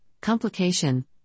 complication